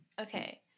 Okay